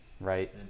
right